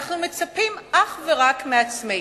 אנחנו מצפים אך ורק מעצמנו,